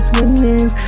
witness